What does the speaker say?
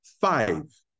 Five